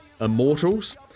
Immortals